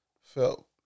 felt